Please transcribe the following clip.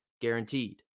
guaranteed